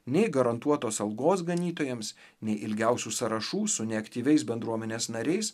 nei garantuotos algos ganytojams nei ilgiausių sąrašų su neaktyviais bendruomenės nariais